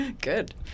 Good